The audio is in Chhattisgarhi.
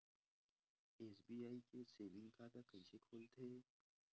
एस.बी.आई के सेविंग खाता कइसे खोलथे?